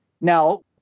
Now